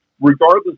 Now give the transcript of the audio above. regardless